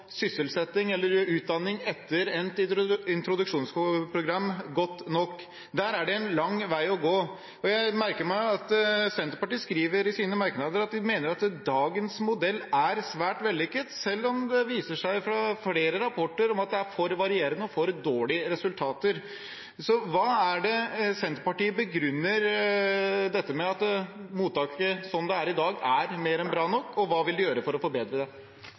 sysselsetting eller utdanning etter endt introduksjonsprogram. Der er det en lang vei å gå. Jeg merker meg at Senterpartiet skriver i sine merknader at de mener at dagens modell er svært vellykket, selv om det viser seg fra flere rapporter at det er for varierende og for dårlige resultater. Hva begrunner Senterpartiet dette med, at mottaket sånn det er i dag, er mer enn bra nok? Hva vil de gjøre for å forbedre det?